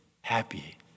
happy